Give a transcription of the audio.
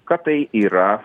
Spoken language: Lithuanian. kad tai yra